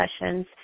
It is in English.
sessions